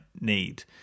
need